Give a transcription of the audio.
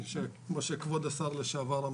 כמו שכבוד השר לשעבר,